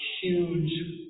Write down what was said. huge